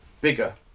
bigger